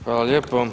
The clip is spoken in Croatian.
Hvala lijepo.